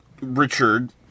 Richard